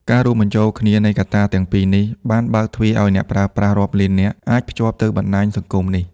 ការរួមបញ្ចូលគ្នានៃកត្តាទាំងពីរនេះ បាន បើកទ្វារឲ្យអ្នកប្រើប្រាស់រាប់លាននាក់អាចភ្ជាប់ទៅបណ្តាញសង្គមនេះ។